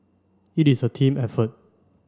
it is a team effort